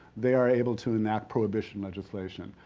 they are able to enact prohibition legislation,